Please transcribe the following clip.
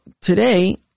today